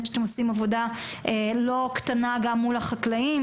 אתם עושים עבודה לא קטנה גם מול החקלאים,